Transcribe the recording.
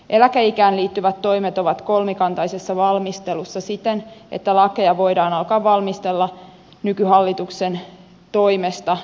eläkeikään liittyvät toimet ovat kolmikantaisessa valmistelussa siten että lakeja voidaan alkaa valmistella nykyhallituksen toimesta